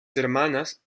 hermanas